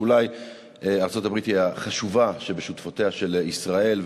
ואולי ארצות-הברית היא החשובה שבשותפותיה של ישראל,